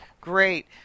Great